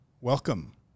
welcome